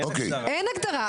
אין הגדרה.